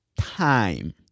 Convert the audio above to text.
time